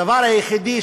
הדבר היחידי,